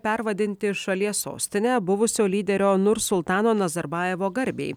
pervadinti šalies sostinę buvusio lyderio nursultano nazarbajevo garbei